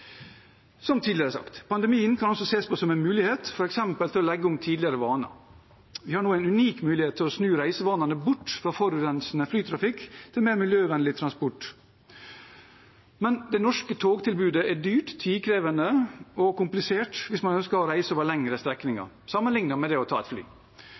Som tidligere sagt: Pandemien kan også ses på som en mulighet til f.eks. å legge om tidligere vaner. Vi har nå en unik mulighet til å snu reisevanene bort fra forurensende flytrafikk til mer miljøvennlig transport. Men det norske togtilbudet er dyrt, tidkrevende og komplisert hvis man ønsker å reise over lengre strekninger, sammenlignet med det å ta fly.